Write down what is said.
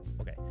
Okay